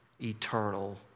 eternal